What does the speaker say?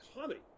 comedy